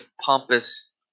pompous